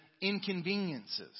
inconveniences